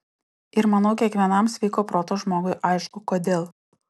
ir manau kiekvienam sveiko proto žmogui aišku kodėl